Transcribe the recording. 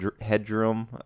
Headroom